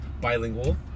bilingual